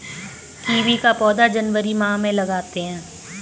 kiwi का पौधा जनवरी माह में लगाते हैं